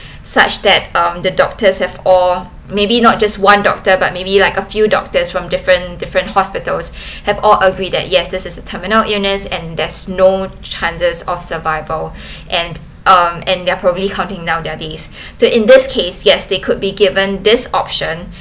such that um the doctors have or maybe not just one doctor but maybe like a few doctors from different different hospitals have all agreed that yes this is a terminal illness and there's no chances of survival and um and they're probably counting down their days so in this case they could be given this option